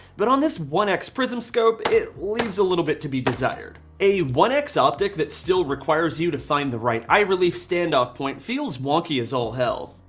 but on this one x prism scope, it leaves a little bit to be desired. a one x optic that still requires you to find the right eye relief. stand off point feels walkie as all hell.